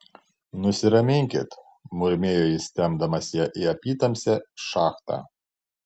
nusiraminkit murmėjo jis tempdamas ją į apytamsę šachtą